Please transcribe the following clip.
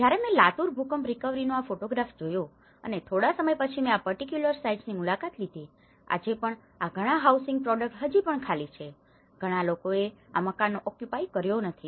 જ્યારે મેં લાતૂર ભૂકંપ રીકવરી નો આ ફોટોગ્રાફ જોયો અને થોડા સમય પછી મેં આ પર્ટીક્યુલર સાઇટ્સની મુલાકાત લીધી અને આજે પણ આ ઘણા હાઉસિંગ પ્રોડક્ટ હજી પણ ખાલી છે ઘણા લોકોએ આ મકાનો ઓક્યુપાય કર્યા નથી